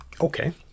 okay